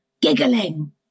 giggling